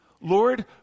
Lord